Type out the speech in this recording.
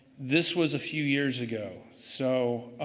this was a few years ago. so,